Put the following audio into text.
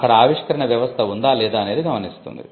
అక్కడ ఆవిష్కరణ వ్యవస్థ ఉందా లేదా అనేది గమనిస్తుంది